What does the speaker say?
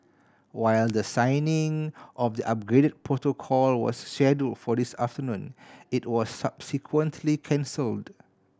while the signing of the upgrade protocol was schedule for this afternoon it was subsequently cancelled